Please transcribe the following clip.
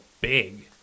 big